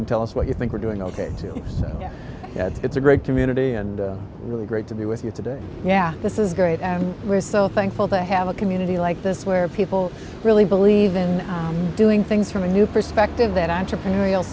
can tell us what you think we're doing ok it's a great community and really great to be with you today yeah this is great and we're so thankful to have a community like this where people really believe in doing things from a new perspective that entrepreneurial